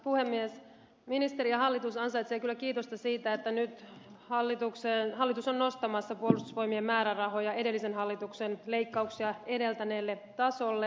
ministeri ja hallitus ansaitsevat kyllä kiitosta siitä että nyt hallitus on nostamassa puolustusvoimien määrärahoja edellisen hallituksen leikkauksia edeltäneelle tasolle